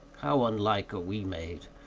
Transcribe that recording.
how unlike are we made!